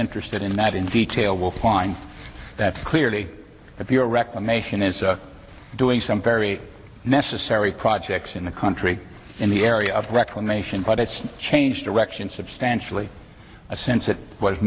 interested in that in detail will find that clearly if you're reclamation is doing some very necessary projects in the country in the area of reclamation but it's changed direction substantially a sense that was